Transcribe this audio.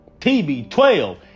TB12